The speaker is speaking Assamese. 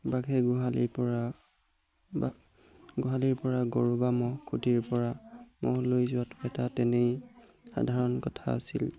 বাঘে গোহালিৰ পৰা বা গোহালিৰ পৰা গৰু বা ম'হ খুটিৰ পৰা ম'হ লৈ যোৱাতো এটা তেনেই সাধাৰণ কথা আছিল